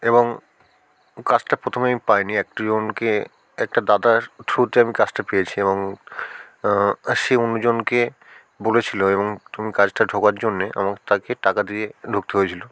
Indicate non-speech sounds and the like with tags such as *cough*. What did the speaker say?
এবং কাজটা প্রথমে আমি পাইনি এক *unintelligible* জনকে একটা দাদার থ্রুতে আমি কাজটা পেয়েছি এবং সে অন্যজনকে বলেছিল এবং *unintelligible* কাজটা ঢোকার জন্যে আমার তাকে টাকা দিয়ে ঢুকতে হয়েছিল